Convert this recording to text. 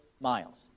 miles